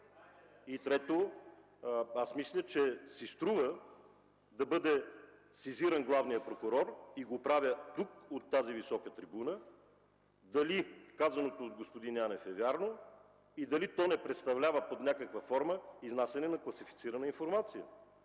Трето, аз мисля, че си струва да бъде сезиран главният прокурор, и го правя тук, от тази висока трибуна, дали казаното от господин Янев е вярно и дали то не представлява под някаква форма изнасяне на класифицирана информация.